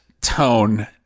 tone